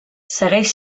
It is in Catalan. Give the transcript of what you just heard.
segueix